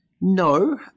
no